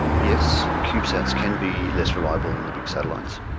yes, cubesats can be less reliable than the big satellites.